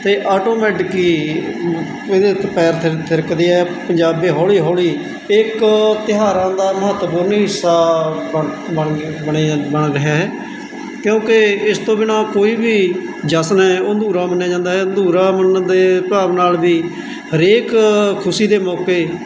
ਅਤੇ ਆਟੋਮੈਟਿਕ ਹੀ ਇਹਦੇ ਉੱਤੇ ਪੈਰ ਥਿਰ ਥਿਰਕਦੇ ਆ ਪੰਜਾਬੀ ਹੌਲੀ ਹੌਲੀ ਇਹ ਇੱਕ ਤਿਉਹਾਰਾਂ ਦਾ ਮਹੱਤਵਪੂਰਨ ਹਿੱਸਾ ਬਣ ਬਣ ਗਿਆ ਬਣਿਆ ਜਾਂਦਾ ਬਣ ਰਿਹਾ ਹੈ ਕਿਉਂਕਿ ਇਸ ਤੋਂ ਬਿਨਾਂ ਕੋਈ ਵੀ ਜਸ਼ਨ ਹੈ ਉਹ ਅਧੂਰਾ ਮੰਨਿਆ ਜਾਂਦਾ ਹੈ ਅਧੂਰਾ ਮੰਨਣ ਦੇ ਭਾਵ ਨਾਲ ਵੀ ਹਰੇਕ ਖੁਸ਼ੀ ਦੇ ਮੌਕੇ